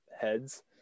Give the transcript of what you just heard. heads